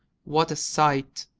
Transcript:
what a sight!